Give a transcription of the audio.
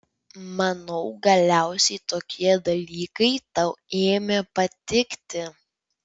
manau galiausiai tokie dalykai tau ėmė patikti